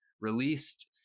released